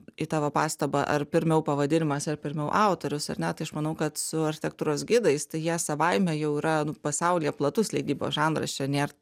į tavo pastabą ar pirmiau pavadinimas ar pirmiau autorius ar ne tai aš manau kad su architektūros gidais tai jie savaime jau yra pasaulyje platus leidybos žanras čia nėr